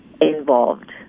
involved